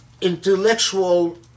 intellectual